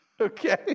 okay